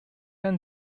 and